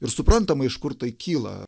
ir suprantama iš kur tai kyla